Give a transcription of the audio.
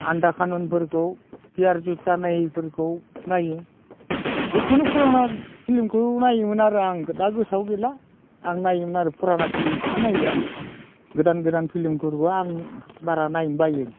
आन्धा कानुनफोरखौ पियार जुथा नाहिफोरखौ नायो जिखुनु फुराना फिल्मखौ नायोमोन आरो आं दा गोसोआव गैला आं नायोमोन आरो फुराना फिल्मखौसो नायो आं गोदान गोदान फिल्मफोरखौ आं बारा नायनो बायो